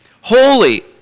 holy